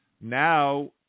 now